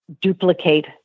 duplicate